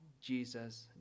Jesus